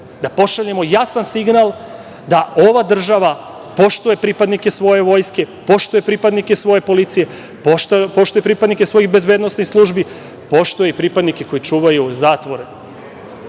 da pošaljemo jasan signal da ova država poštuje pripadnike svoje Vojske, poštuje pripadnike svoje policije, poštuje pripadnike svojih bezbednosnih službi, poštuje i pripadnike koji čuvaju zatvore. Samo